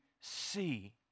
see